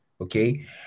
okay